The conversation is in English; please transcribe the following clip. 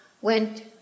went